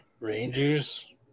Rangers